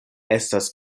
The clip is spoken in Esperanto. estas